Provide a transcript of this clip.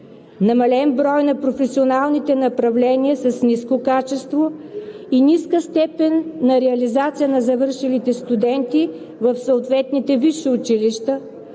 намален брой на професионалните направления с ниско качество и ниска степен на реализация на завършилите студенти в съответните висши училища,